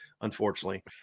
unfortunately